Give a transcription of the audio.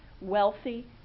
wealthy